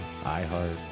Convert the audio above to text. iHeart